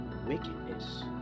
wickedness